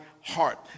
heart